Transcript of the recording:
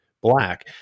black